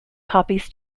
copies